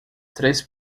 três